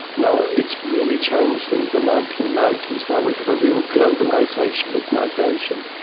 now it's really changed in the nineteen ninety s, now we have a real globalisation of migration,